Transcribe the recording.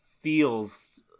feels